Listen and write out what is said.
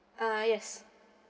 uh yes